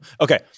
Okay